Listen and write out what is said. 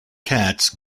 cats